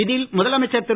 இதில் முதலமைச்சர் திரு